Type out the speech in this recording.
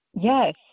yes